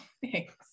thanks